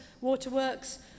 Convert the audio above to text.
waterworks